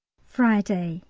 friday,